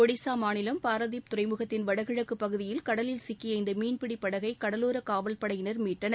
ஒடிஸா மாநிலம் பாரதீப் துறைமுகத்தின் வடகிழக்குப் பகுதியில் கடலில் சிக்கிய இந்த மீன்பிடி படகை கடலோர காவல்படையினர் மீட்டனர்